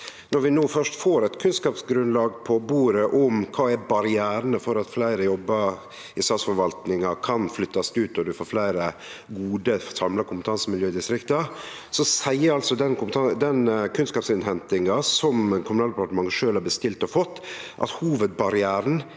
når vi no først får eit kunnskapsgrunnlag på bordet om kva barrierane er for at fleire jobbar i statsforvaltninga kan flyttast ut, og ein får fleire gode samla kompetansemiljø i distrikta, seier den kunnskapsinnhentinga som Kommunaldepartementet sjølv har bestilt og fått, at hovud